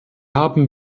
haben